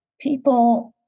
People